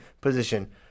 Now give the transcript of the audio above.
position